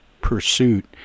pursuit